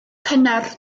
cynnar